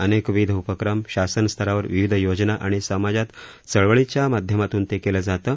अनेकविध उपक्रम शासन स्तरावर विविध योजना आणि समाजात चळवळींच्या माध्यमातून ते केलं जातं